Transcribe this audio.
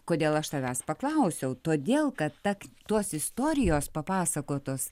kodėl aš tavęs paklausiau todėl kad ta tos istorijos papasakotos